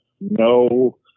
no